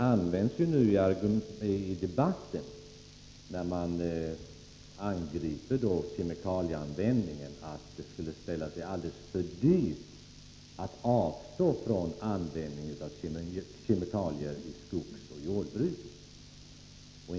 Ett motargument i debatter där man angriper kemikalieanvändningen är att det skulle ställa sig alldeles för dyrt att avstå från användningen av kemikalier i skogsoch jordbruket.